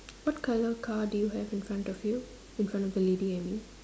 what colour car do you have in front of you in front of the lady I mean